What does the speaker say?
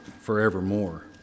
forevermore